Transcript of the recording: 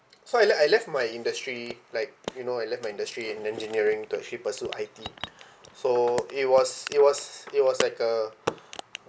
so I le~ I left my industry like you know I left my industry in engineering to actually pursue I_T so it was it was it was like a